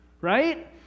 right